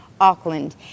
Auckland